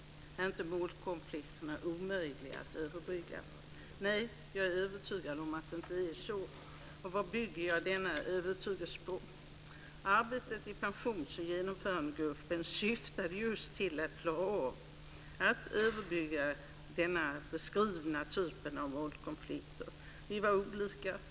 Är inte målkonflikterna omöjliga att överbrygga? Nej, jag är övertygad om att det inte är så. Och vad bygger jag denna övertygelse på? Arbetet i Pensions och genomförandegruppen syftade just till att klara av att överbrygga den nu beskrivna typen av målkonflikter. Vi är olika.